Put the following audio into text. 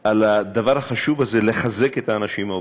על הדבר החשוב הזה, לחזק את האנשים העובדים.